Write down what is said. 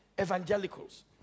Evangelicals